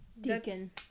Deacon